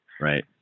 Right